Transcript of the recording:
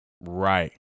Right